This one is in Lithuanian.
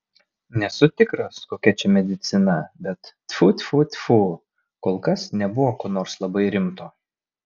nesu tikras kokia čia medicina bet tfu tfu tfu kol kas nebuvo ko nors labai rimto